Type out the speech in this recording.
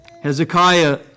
Hezekiah